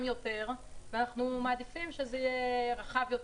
יותר ואנחנו מעדיפים שזה יהיה רחב יותר,